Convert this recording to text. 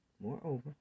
moreover